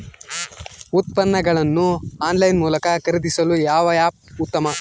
ಉತ್ಪನ್ನಗಳನ್ನು ಆನ್ಲೈನ್ ಮೂಲಕ ಖರೇದಿಸಲು ಯಾವ ಆ್ಯಪ್ ಉತ್ತಮ?